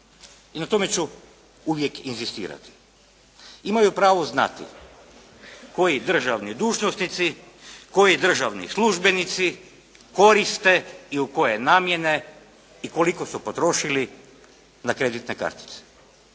I na tome ću uvijek inzistirati. Imaju pravo znati koji državni dužnosnici, koji državni službenici koriste i u koje namjene i koliko su potrošili na kreditne kartice.